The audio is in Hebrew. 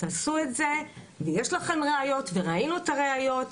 יש לכם ראיות וראינו את הראיות ,